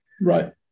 Right